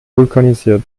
vulkanisiert